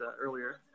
earlier